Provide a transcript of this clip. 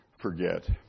forget